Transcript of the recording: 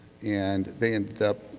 and they ended up,